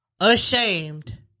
ashamed